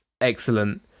excellent